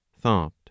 thought